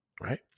right